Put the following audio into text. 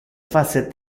face